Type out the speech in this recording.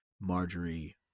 Marjorie